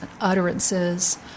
utterances